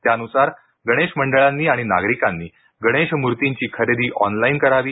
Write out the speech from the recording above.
त्यानुसार गणेश मंडळांनी आणि नागरिकांनी गणेश मूर्तींची खरेदी ऑनलाईन करावी